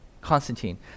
Constantine